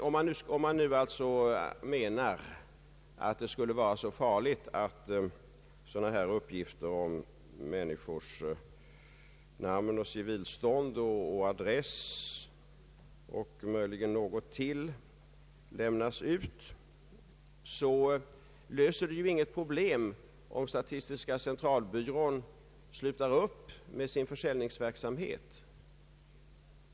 Om man nu anser det så allvarligt att människors namn, civilstånd, adress och möjligen någon mera uppgift lämnas ut, så löser det inga problem om statistiska centralbyrån slutar upp med sin försäljningsverksamhet.